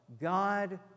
God